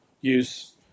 use